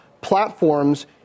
platforms